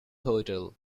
hotel